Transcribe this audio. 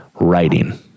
writing